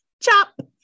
chop